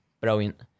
Brilliant